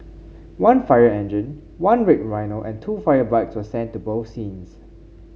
one fire engine one red rhino and two fire bikes were sent to both scenes